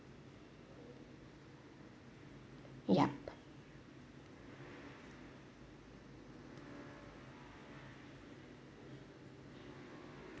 yup